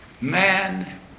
Man